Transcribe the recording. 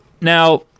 Now